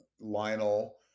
Lionel